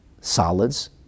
solids